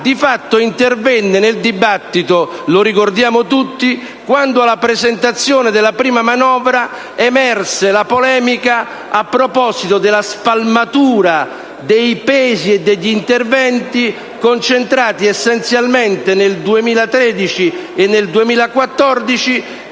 di fatto, intervenne nel dibattito, lo ricordiamo tutti, quando alla presentazione della prima manovra emerse la polemica a proposito della spalmatura dei pesi e degli interventi concentrati essenzialmente nel 2013 e nel 2014.